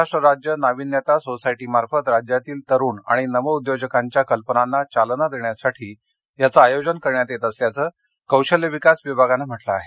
महाराष्ट्र राज्य नाविन्यता सोसायटीमार्फत राज्यातील तरुण आणि नवउद्योजकांच्या कल्पनांना चालना देण्यासाठी याचं आयोजन करण्यात येत असल्याचं कौशल्य विकास विभागानं म्हटलं आहे